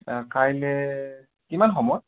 কাইলে কিমান সময়ত